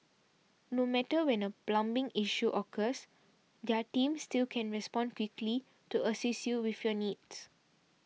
no matter when a plumbing issue occurs their team still can respond quickly to assist you with your needs